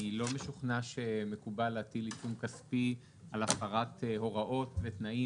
אני לא משוכנע שמקובל להטיל עיצום כספי על הפרת הוראות ותנאים